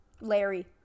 larry